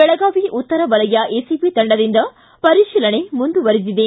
ಬೆಳಗಾವಿ ಉತ್ತರ ವಲಯ ಎಸಿಬಿ ತಂಡದಿಂದ ಪರಿಶೀಲನೆ ಮುಂದುವರಿದಿದೆ